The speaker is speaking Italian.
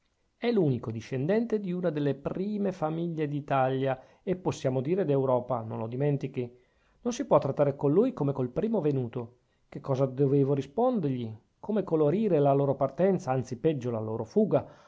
è l'unico discendente di una delle prime famiglie d'italia e possiamo dire di europa non lo dimentichi non si può trattare con lui come col primo venuto che cosa dovevo rispondergli come colorire la loro partenza anzi peggio la loro fuga